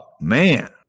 man